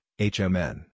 HMN